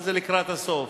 זה לקראת הסוף,